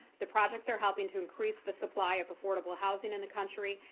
the projects are helping to increase the supply of affordable housing in the country,